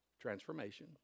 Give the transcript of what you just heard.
Transformation